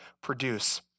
produce